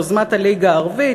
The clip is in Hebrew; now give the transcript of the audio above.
"יוזמת הליגה הערבית.